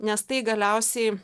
nes tai galiausiai